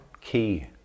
key